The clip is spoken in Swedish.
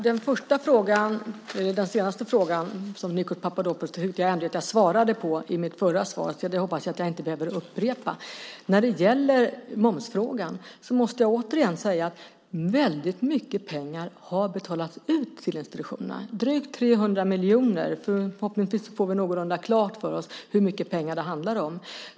Herr talman! Den sista frågan från Nikos Papadopoulos tyckte jag att jag svarade på i mitt förra inlägg, så det hoppas jag att jag inte behöver upprepa. När det gäller momsfrågan måste jag återigen säga att väldigt mycket pengar har betalats ut till institutionerna, drygt 300 miljoner. Förhoppningsvis får vi någorlunda klart för oss hur mycket pengar som det handlar om.